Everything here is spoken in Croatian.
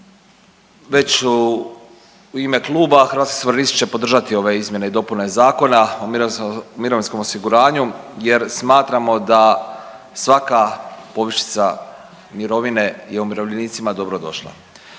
već u ime kluba Hrvatski suverenisti će podržati ove izmjene i dopune Zakona o mirovinskom osiguranju jer smatramo da svaka povišica mirovine je umirovljenicima dobro došla.